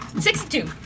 Sixty-two